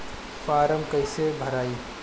Form कईसे भराई?